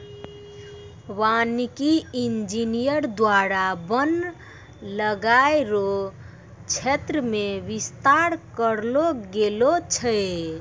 वानिकी इंजीनियर द्वारा वन लगाय रो क्षेत्र मे बिस्तार करलो गेलो छै